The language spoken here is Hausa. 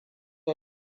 ya